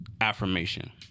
affirmation